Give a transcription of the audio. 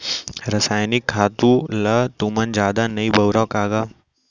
रसायनिक खातू ल तुमन जादा नइ बउरा का गा?